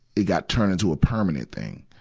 it got turned into a permanent thing.